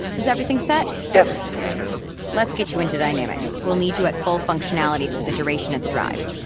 is everything set? yes, commander let's get you into dynamics. we'll need you at full functionality for the duration of the drive.